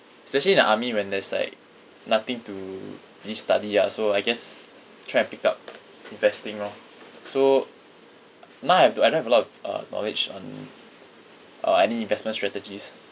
especially in the army when there's like nothing to really study ah so I guess try and pick up investing lor so now I have to I don't have a lot of uh knowledge on uh any investment strategies